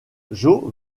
joe